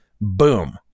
Boom